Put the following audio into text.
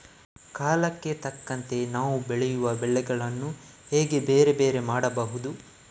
ಕಾಲಕ್ಕೆ ತಕ್ಕಂತೆ ನಾವು ಬೆಳೆಯುವ ಬೆಳೆಗಳನ್ನು ಹೇಗೆ ಬೇರೆ ಬೇರೆ ಮಾಡಬಹುದು?